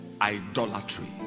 idolatry